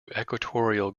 equatorial